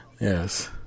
Yes